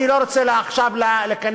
אני לא רוצה עכשיו להיכנס.